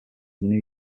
new